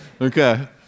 Okay